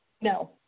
No